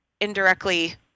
indirectly